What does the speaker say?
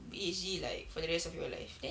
B_H_G like for the rest of your life then